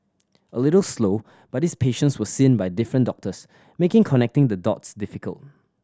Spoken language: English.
a little slow but these patients were seen by different doctors making connecting the dots difficult